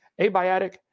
abiotic